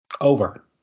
Over